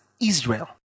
Israel